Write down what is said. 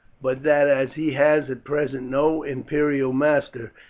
but that, as he has at present no imperial master,